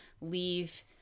leave